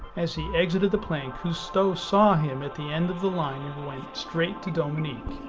as he exited the plane cousteau saw him at the end of the line and went straight to dominique.